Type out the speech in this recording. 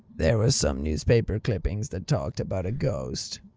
there were some newspaper clippings that talked about a ghost.